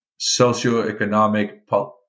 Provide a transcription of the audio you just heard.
socioeconomic